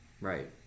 Right